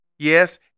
Yes